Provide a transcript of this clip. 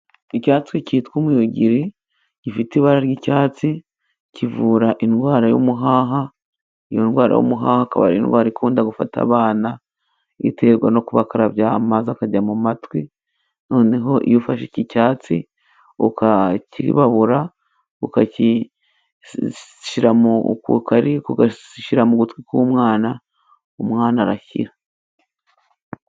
Icyatsi cyitwa umuyugiri, gifite ibara ry'icyatsi, kivura indwara y'umuhaha, iyo ndwara y'umuhaha akaba indwara ikunda gufata abana, iterwa no kubakarabya amazi akajya mu matwi. Noneho iyo ufashe iki cyatsi ukakibabura, ukagishyira ku kayiko, ugashyira mu gutwi k'umwana, umwana arakira.